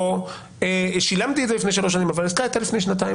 או שילמתי את זה לפני שלוש שנים אבל העסקה הייתה לפני שנתיים.